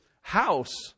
house